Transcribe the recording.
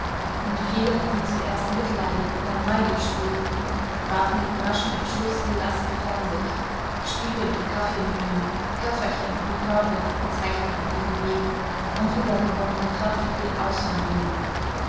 und viele die zuerst mitleidig dann neidisch blickten warfen mit raschem entschluß die lasten von sich spiegel und kaffeemühlen köfferchen und körbe bezeichneten ihren weg und wiedergewonnene kraft ging aus von ihnen